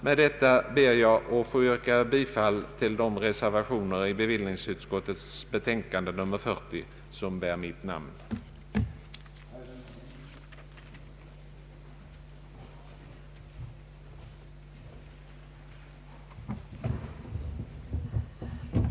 Med detta ber jag att få yrka bifall till de reservationer till bevillningsutskottets betänkande nr 40 där mitt namn står främst.